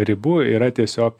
ribų yra tiesiog